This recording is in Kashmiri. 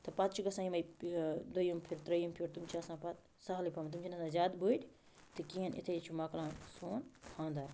تہٕ پَتہٕ چھِ گژھان یِمٕے دۄیِم فِر ترٛیِم فِر تِم چھِ آسان پَتہٕ سہلٕے پہمتھ تِم چھِنہٕ آسان زیادٕ بٔڑۍ کِہیٖنۍ اِتھٕے چھِ مۄکلان سون خانٛدَر